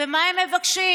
ומה הם מבקשים?